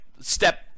step